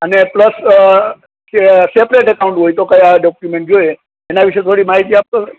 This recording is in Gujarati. અને પ્લસ કે સેપરેટ અકાઉંટ હોય તો કયા ડોકયુમેંટ જોઈએ એના વિષે થોડી માહિતી આપશો